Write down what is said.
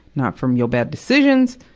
not from your bad decisions,